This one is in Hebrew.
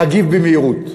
להגיב במהירות,